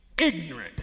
ignorant